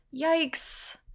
Yikes